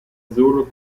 azzurro